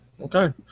okay